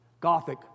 Gothic